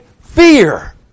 fear